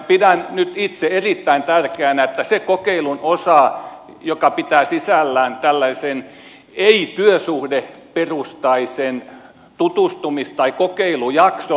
pidän nyt itse erittäin tärkeänä että se kokeilun osa joka pitää sisällään tällaisen ei työsuhdeperustaisen tutustumis tai kokeilujakson